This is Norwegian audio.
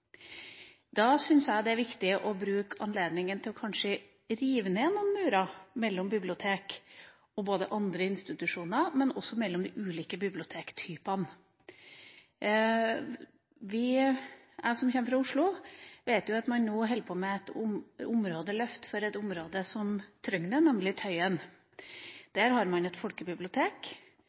Da syns jeg det er viktig å bruke anledninga til kanskje å rive ned noen murer – mellom bibliotek og andre institusjoner, men også mellom de ulike bibliotektypene. Jeg som kommer fra Oslo, vet jo at man nå holder på med et områdeløft for et område som trenger det, nemlig Tøyen. Der har man et folkebibliotek,